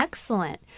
excellent